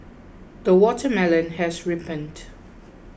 the watermelon has ripened